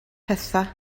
pethau